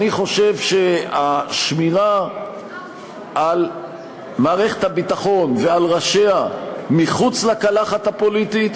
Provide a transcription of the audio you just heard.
אני חושב שהשמירה על מערכת הביטחון ועל ראשיה מחוץ לקלחת הפוליטית,